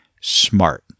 smart